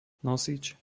nosič